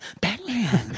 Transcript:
Batman